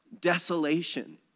Desolation